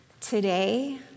today